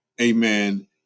amen